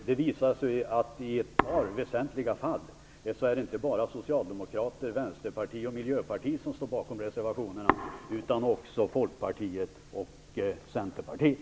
Det visar sig att i ett par väsentliga fall är det inte bara Socialdemokraterna, Vänsterpartiet och Miljöpartiet som står bakom reservationerna utan också Folkpartiet och Centerpartiet.